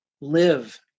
live